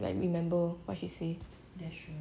I remember but she say